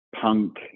punk